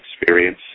experience